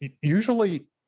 usually